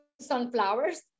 sunflowers